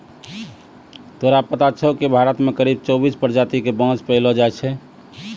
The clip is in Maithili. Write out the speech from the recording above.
तोरा पता छौं कि भारत मॅ करीब चौबीस प्रजाति के बांस पैलो जाय छै